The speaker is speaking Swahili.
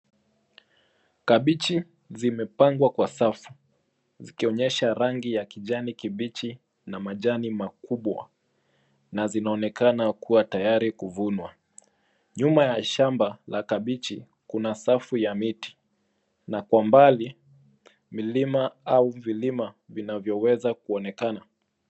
Kabeji zimepangwa kwa safu, zikionyesha rangi ya kijani kibichi, na majani makubwa. Na zinaonekana kuwa tayari kuvunwa. Nyuma ya shamba, la kabeji mna safu ya miti, na kwa mbali, milima, au vilima vinaweza kuonekana.